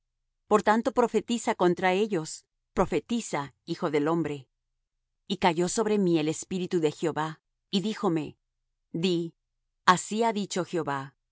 por tanto profetiza contra ellos profetiza hijo del hombre y cayó sobre mí el espíritu de jehová y díjome di así ha dicho jehová